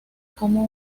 cómo